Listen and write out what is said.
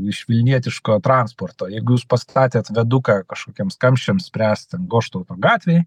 iš vilnietiško transporto jeigu jūs pastatėt viaduką kažkokiems kamščiams spręst ten goštauto gatvėj